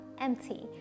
empty